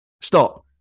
stop